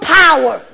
power